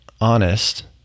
honest